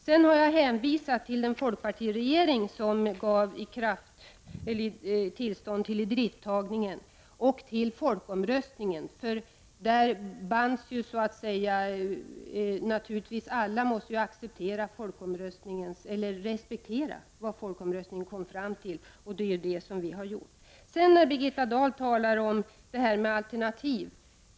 Sedan har jag hänvisat till en folkpartiregering, som gav tillstånd till idrifttagningen, och till folkomröstningen, för alla måste ju respektera vad folkomröstningen kom fram till. Detta har vi också gjort. Birgitta Dahl talar om alternativ.